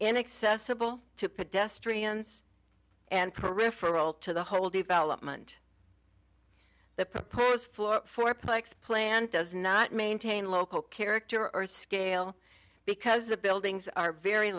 inaccessible to pedestrians and peripheral to the whole development the proposed floor fourplex plant does not maintain local character or scale because the buildings are very